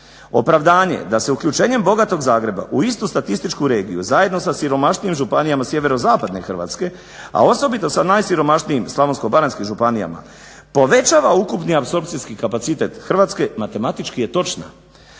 Opravdanje je da se uključenjem bogatog Zagreba u istu statističku regiju zajedno sa siromašnijim županijama sjeverozapadne Hrvatske, a osobito sa najsiromašnijim slavonsko-baranjskim županijama povećava ukupni apsorpcijski kapacitet Hrvatske matematički je točna.